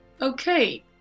okay